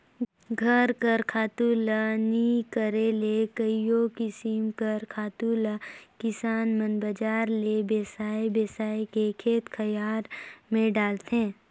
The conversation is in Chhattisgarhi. घर कर खातू ल नी करे ले कइयो किसिम कर खातु ल किसान मन बजार ले बेसाए बेसाए के खेत खाएर में डालथें